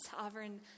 sovereign